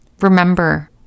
remember